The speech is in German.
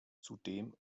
zudem